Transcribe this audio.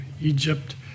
Egypt